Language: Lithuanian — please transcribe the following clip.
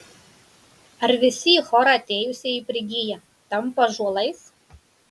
ar visi į chorą atėjusieji prigyja tampa ąžuolais